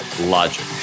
Logic